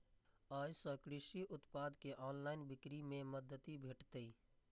अय सं कृषि उत्पाद के ऑनलाइन बिक्री मे मदति भेटतै